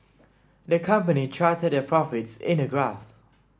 the company charted their profits in a graph